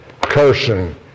cursing